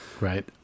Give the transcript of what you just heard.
Right